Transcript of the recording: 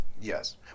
Yes